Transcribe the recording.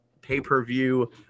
pay-per-view